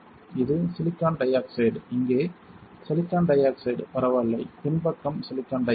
இது silicon dioxide இங்கே silicon dioxide பரவாயில்லை பின் பக்கம் சிலிக்கான் டை ஆக்சைடு